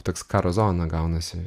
toks karo zona gaunasi